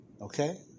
Okay